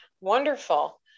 Wonderful